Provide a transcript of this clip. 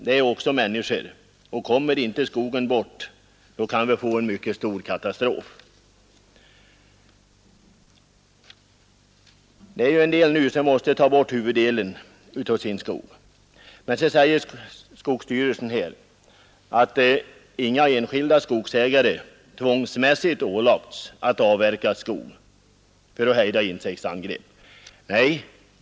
Också de är människor, och om inte den aktuella skogen röjes bort, kan vi få en mycket stor katastrof. Det finns de som måste ta bort huvuddelen av sin skog. Skogsstyrelsen säger att inga enskilda skogsägare tvångsmässigt ålagts att avverka skog för att hejda insektsangrepp.